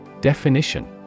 Definition